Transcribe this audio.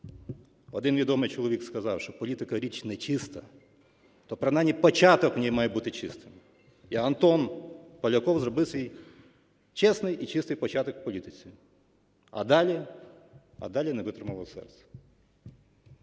Один відомий чоловік сказав, що політика – річ нечиста. То принаймні початок у ній повинен бути чистим. І Антон Поляков зробив свій чесний і чистий початок у політиці. А далі... А далі не витримало серце.